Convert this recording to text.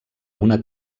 una